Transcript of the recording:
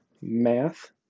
Math